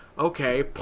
Okay